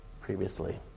previously